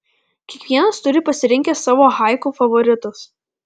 kiekvienas turi pasirinkęs savo haiku favoritus